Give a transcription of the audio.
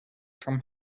from